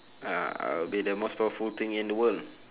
uh I'll be the most powerful thing in the world